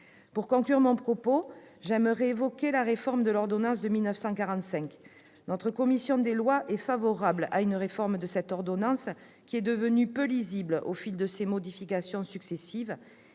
Pour conclure mon propos, j'évoquerai la réforme de l'ordonnance de 1945. La commission des lois y est favorable, cette ordonnance étant devenue peu lisible au fil de ses modifications successives